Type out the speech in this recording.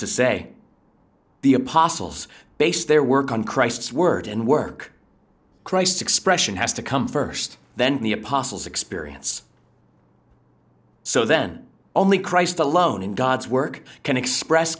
to say the apostles based their work on christ's word and work christ expression has to come st then the apostles experience so then only christ alone in god's work can express